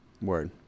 Word